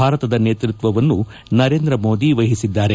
ಭಾರತದ ನೇತೃತ್ವವನ್ನು ನರೇಂದ್ರ ಮೋದಿ ವಹಿಸಿದ್ದಾರೆ